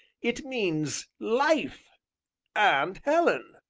it means life and helen.